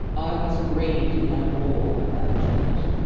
i was greedy to know more about janet.